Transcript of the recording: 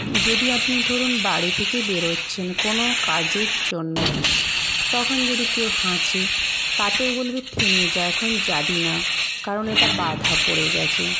যদি আপনি ধরুন বাড়ি থেকে বেরোচ্ছেন কোনো কাজের জন্য তখন যদি কেউ হাঁচে তাতেও বলবে থেমে যা এখন যাবি না কারণ এটা বাঁধা পড়ে গেছে